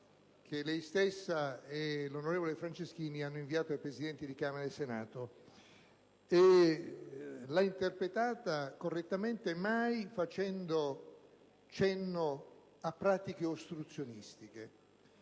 che lei stessa e l'onorevole Franceschini hanno inviato ai Presidenti di Camera e Senato e l'ha interpretata correttamente, non facendo mai cenno a pratiche ostruzionistiche,